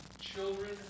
children